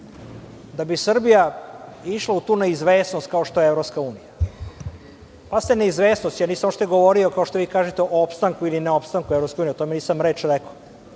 da bi Srbija išla u tu neizvesnost kao što je EU? Ostaje neizvesnost, ja nisam uopšte govorio, kao što vi kažete, o opstanku ili neostanku EU, o tome nisam reč rekao.